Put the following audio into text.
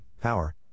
power